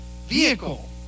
vehicle